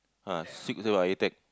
ah six I also got high tech